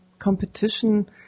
competition